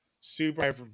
super